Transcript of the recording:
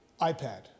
iPad